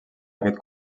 aquest